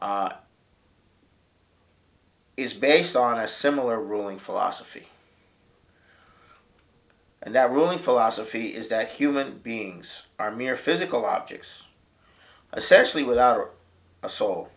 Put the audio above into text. is based on a similar ruling philosophy and that ruling philosophy is that human beings are mere physical objects especially without a soul